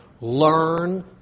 Learn